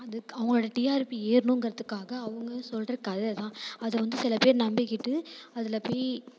அதுக்கு அவங்களோட டிஆர்பி ஏறணுங்கிறதுக்காக அவங்க சொல்கிற கதை தான் அது வந்து சில பேர் நம்பிக்கிட்டு அதில் போய்